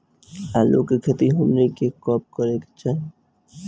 आलू की खेती हमनी के कब करें के चाही?